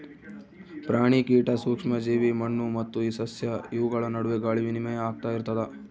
ಪ್ರಾಣಿ ಕೀಟ ಸೂಕ್ಷ್ಮ ಜೀವಿ ಮಣ್ಣು ಮತ್ತು ಸಸ್ಯ ಇವುಗಳ ನಡುವೆ ಗಾಳಿ ವಿನಿಮಯ ಆಗ್ತಾ ಇರ್ತದ